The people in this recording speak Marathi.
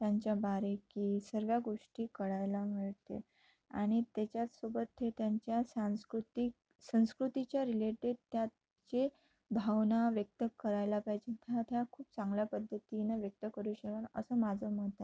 त्यांच्या बारीकी सर्व गोष्टी कळायला मिळते आणि त्याच्यातसोबत थ त्यांच्या सांस्कृतिक संस्कृतीच्या रिलेटेड त्यात जे भावना व्यक्त करायला पाहिजे त्या त्या खूप चांगल्या पद्धतीनं व्यक्त करू शकतं असं माझं मत